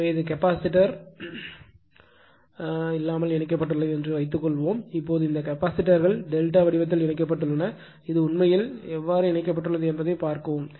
எனவே இது கெபாசிட்டர் இல்லாமல் இணைக்கப்பட்டுள்ளது என்று வைத்துக்கொள்வோம் இப்போது இந்த கெபாசிட்டர்கள் டெல்டா வடிவத்தில் இணைக்கப்பட்டுள்ளன இது உண்மையில் எவ்வாறு இணைக்கப்பட்டுள்ளது என்பதை பார்க்கவும்